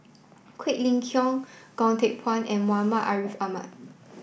Quek Ling Kiong Goh Teck Phuan and Muhammad Ariff Ahmad